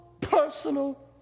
personal